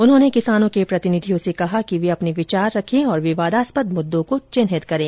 उन्होंने किसानों के प्रतिनिधियों से कहा कि वे अपने विचार रखें और विवादास्पद मुद्दों को चिन्हित करें